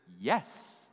yes